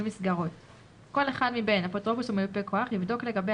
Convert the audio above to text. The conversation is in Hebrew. מסגרות 20. כל אחד מבין אפוטרופוס ומיופה כוח יבדוק לגבי